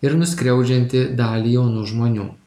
ir nuskriaudžianti dalį jaunų žmonių